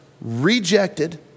rejected